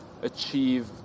achieve